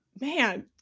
man